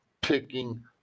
picking